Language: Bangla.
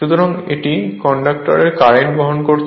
সুতরাং এটি কন্ডাক্টর কারেন্ট বহন করছে